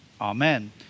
Amen